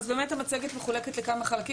אז באמת המצגת מחולקת לכמה חלקים.